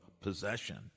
possession